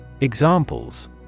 Examples